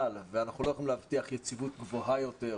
ואנחנו לא יכולים להבטיח יציבות גבוהה יותר,